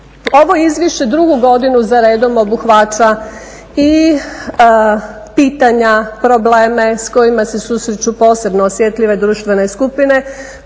Ovo izvješće drugu godinu za redom obuhvaća i pitanja, probleme s kojima se susreću posebno osjetljive društvene skupine